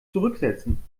zurücksetzen